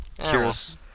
Curious